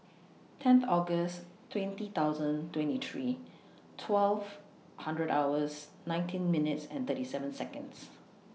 ten August twenty thousand twenty three twelve hundred hours nineteen minutes and thirty seven Seconds